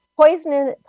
poisonous